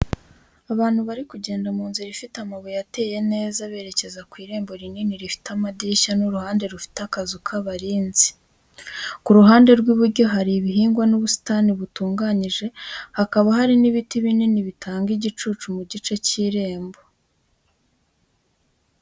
Abantu bari kugenda mu nzira ifite amabuye ateye neza, berekeza ku irembo rinini rifite amadirishya n'uruhande rufite akazu k’abarinzi security poste. Ku ruhande rw'iburyo hari ibihingwa n'ubusitani butunganyije, hakaba hari n’ibiti binini bitanga igicucu mu gice cy'irembo.